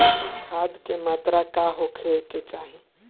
खाध के मात्रा का होखे के चाही?